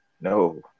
no